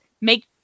make